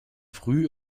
früh